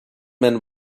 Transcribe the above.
man